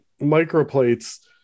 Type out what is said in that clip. microplates